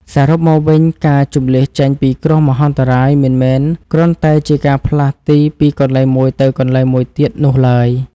សរុបមកវិញ ការជម្លៀសចេញពីគ្រោះមហន្តរាយមិនមែនគ្រាន់តែជាការផ្លាស់ទីពីកន្លែងមួយទៅកន្លែងមួយទៀតនោះឡើយ។